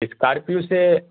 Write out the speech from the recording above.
Scorpio سے